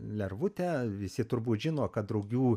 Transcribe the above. lervutę visi turbūt žino kad drugių